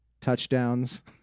touchdowns